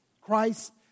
Christ